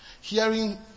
hearing